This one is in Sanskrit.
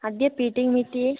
अद्य